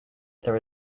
there